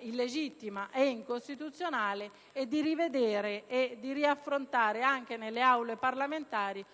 illegittima e incostituzionale; per riaffrontare anche nelle Aule parlamentari